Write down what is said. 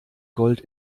gold